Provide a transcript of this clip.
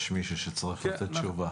יש מישהו שצריך לתת תשובה.